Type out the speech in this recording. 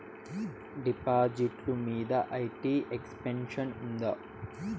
డిపాజిట్లు మీద IT exemption ఉందా?